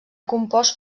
compost